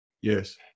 Yes